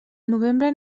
novembre